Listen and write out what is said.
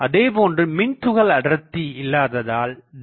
அதேபோன்று மின்துகள் அடர்த்தி இல்லாததால் ▼